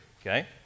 okay